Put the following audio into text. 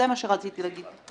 זה מה שרציתי להגיד.